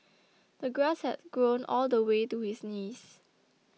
the grass had grown all the way to his knees